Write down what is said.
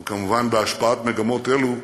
וכמובן, בהשפעת מגמות אלו,